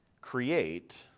create